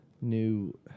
new